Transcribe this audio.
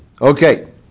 Okay